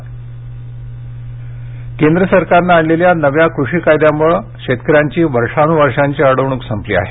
रेल्वेमंत्री केंद्र सरकारनं आणलेल्या नव्या कृषी कायद्यांमुळे शेतकऱ्यांची वर्षानुवर्षांची अडवणूक संपली आहे